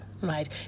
Right